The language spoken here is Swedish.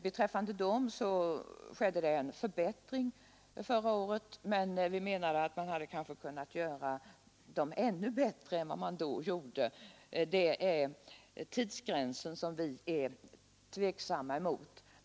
Beträffande dem skedde en förbättring förra året, men vi menar att de kanske hade kunnat göras ännu bättre. Det är tidsgränsen som vi ställer oss tveksamma till.